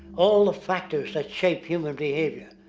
all the factors that shape human behavior.